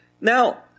Now